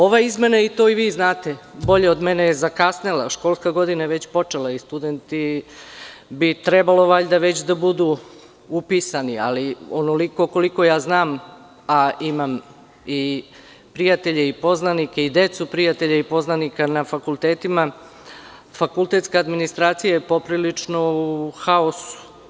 Ova izmena, to vi znate bolje od mene, je zakasnela, školska godina je već počela i studenti bi trebalo valjda već da budu upisani, ali onoliko koliko znam, a imam i prijatelje i poznanike i decu prijatelja i poznanika na fakultetima, fakultetska administracija je poprilično u haosu.